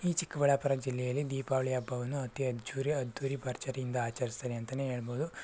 ಈ ಚಿಕ್ಕಬಳ್ಳಾಪುರ ಜಿಲ್ಲೆಯಲ್ಲಿ ದೀಪಾವಳಿ ಹಬ್ಬವನ್ನು ಅತಿ ಅದ್ದೂರಿ ಅದ್ದೂರಿ ಭರ್ಜರಿಯಿಂದ ಆಚರಿಸ್ತಾರೆ ಅಂತಲೇ ಹೇಳಬಹುದು